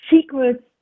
secrets